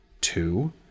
Two